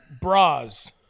Bras